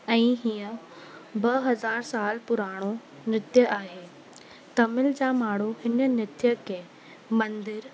ऐं हीअं ॿ हज़ार साल पुराणो नृत्य आहे तमिल जा माण्हू हिन नृत्य खे मंदरु